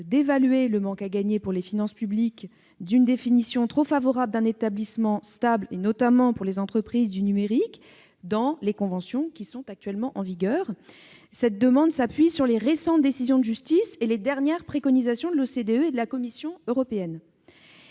d'évaluer le manque à gagner pour les finances publiques d'une définition trop favorable d'un établissement stable, particulièrement pour les entreprises du numérique, dans les conventions fiscales actuellement en vigueur. Cette demande s'appuie sur les récentes décisions de justice et les dernières préconisations de l'OCDE et de la Commission européenne.